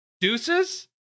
deuces